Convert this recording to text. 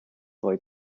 late